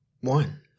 One